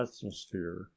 atmosphere